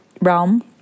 realm